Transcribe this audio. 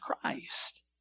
Christ